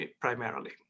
primarily